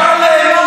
זכתה לאמון.